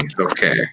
Okay